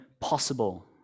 possible